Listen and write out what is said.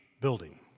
building